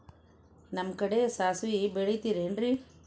ನಿಮ್ಮ ಕಡೆ ಸಾಸ್ವಿ ಬೆಳಿತಿರೆನ್ರಿ?